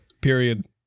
Period